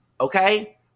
okay